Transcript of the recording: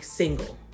single